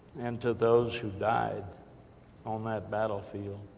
and to those who died on that battlefield,